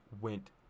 went